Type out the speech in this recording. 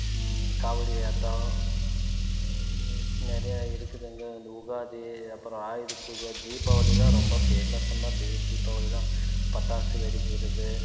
காவடியாட்டம் இ நிறையா இருக்குதுங்க இந்த உகாதி அப்புறம் ஆயுத பூஜை தீபாவளி தான் ரொம்ப பேமஸ்ஸுன்னால் பி தீபாவளி தான் பட்டாசு வெடிக்கிறது